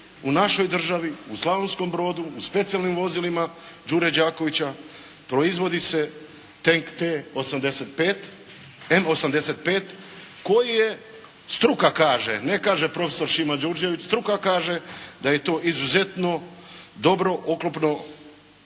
u našoj državi, u Slavonskom Brodu u specijalnim vozilima "Đure Đakovića" proizvodi se tenk T85, M85 koji je struka kaže, ne kaže profesor Šima Đurđević, struka kaže da je to izuzetno dobro oklopno,